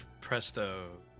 Presto